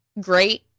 great